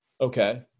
Okay